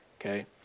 Okay